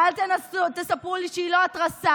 ואל תספרו לי שהיא לא התרסה,